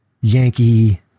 Yankee